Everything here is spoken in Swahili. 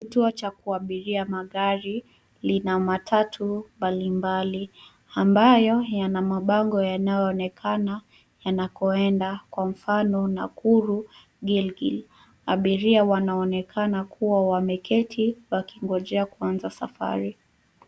Kituo cha kuabiria magari. Lina matatu mbalimbali. Ambayo yana mabango yanayoonekana yanakoenda kwa mfano Nakuru, Gilgil. Abiria wanaonekana kuwa wameketi wakingojea kwanza safari.